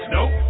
Nope